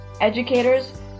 educators